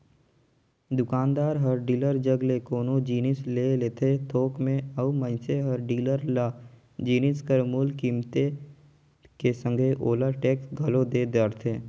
दुकानदार हर डीलर जग ले कोनो जिनिस ले लेथे थोक में अउ मइनसे हर डीलर ल जिनिस कर मूल कीमेत के संघे ओला टेक्स घलोक दे डरथे